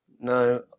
No